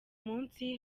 munsi